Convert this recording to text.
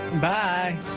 Bye